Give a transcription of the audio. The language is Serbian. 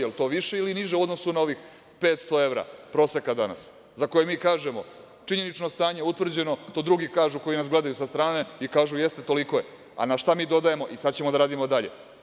Jel to više ili niže u odnosu na ovih 500 evra proseka danas, a za koje mi kažemo – činjenično stanje utvrđeno, to drugi kažu koji nas gledaju sa strane i kažu – jeste, toliko je, a na šta mi dodajemo i sad ćemo da radimo dalje.